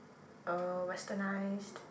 uh westernised